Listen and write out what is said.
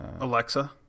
Alexa